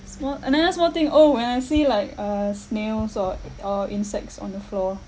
small another small thing oh when I see like uh snails or or insects on the floor